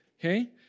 okay